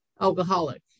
alcoholic